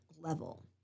level